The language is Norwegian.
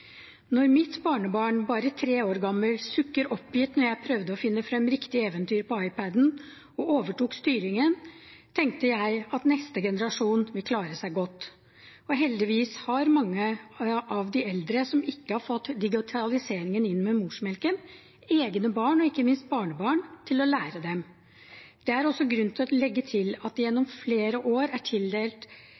mitt barnebarn, bare tre år gammel, sukket oppgitt da jeg prøvde å finne frem riktig eventyr på iPad-en, og overtok styringen, tenker jeg at neste generasjon vil klare seg godt. Og heldigvis har mange av de eldre, som ikke har fått digitaliseringen inn med morsmelken, egne barn og ikke minst barnebarn til å lære dem. Det er også grunn til å legge til at det gjennom flere år er